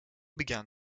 began